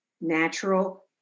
natural